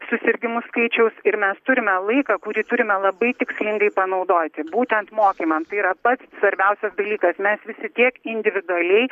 susirgimų skaičiaus ir mes turime laiką kurį turime labai tikslingai panaudoti būtent mokymams tai yra pats svarbiausias dalykas mes visi tiek individualiai